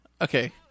Okay